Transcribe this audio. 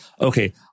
okay